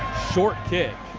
short kick.